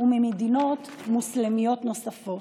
וממדינות מוסלמיות נוספות.